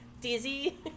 dizzy